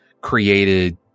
created